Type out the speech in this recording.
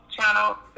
channel